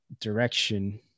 direction